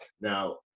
Now